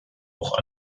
auch